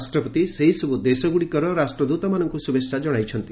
ରାଷ୍ଟ୍ରପତି ସେହିସବୁ ଦେଶଗୁଡ଼ିକର ରାଷ୍ଟ୍ରଦୂତମାନଙ୍କୁ ଶୁଭେଚ୍ଛା କଣାଇଛନ୍ତି